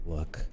Look